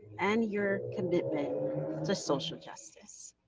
and your commitment to social justice.